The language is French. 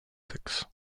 sexe